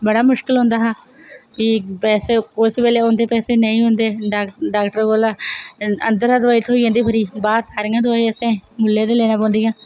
बड़ा मुश्कल होंदा हा फ्ही पैसे उस बेल्ले होंदे पैसे नेईं होंदे हे डाक्टर कोला अंदर गै दवाई थ्होई जंदी ही पूरी बाहर सारियां दवाई असें मुल्लें ते लेना पोंदियां